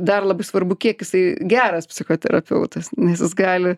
dar labai svarbu kiek jisai geras psichoterapeutas nes jis gali